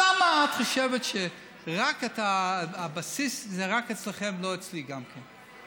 למה את חושבת שהבסיס הוא רק אצלכם ולא אצלי גם כן?